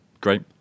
great